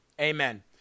amen